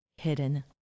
hidden